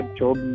job